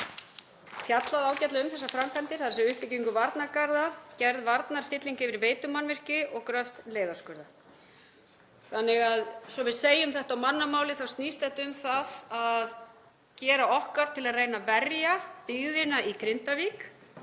Svo að við segjum þetta á mannamáli þá snýst þetta um það að gera okkar til að reyna að verja byggðina í Grindavík